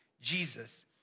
Jesus